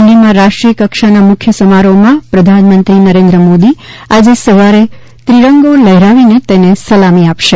દિલ્હીમાં રાષ્ટ્રીયકક્ષાના મુખ્ય સમારોહમાં પ્રધાનમંત્રી નરેન્દ્ર મોદી આજે સવારે તિરંગો લહેરાવી તેને સલામી આપશે